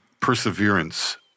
perseverance